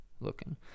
looking